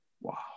Wow